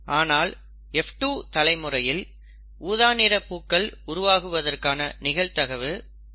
ஆனால் F2 தலைமுறையில் ஊதா நிற பூக்கள் உருவாகுவதற்கான நிகழ்தகவு 34